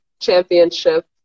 championship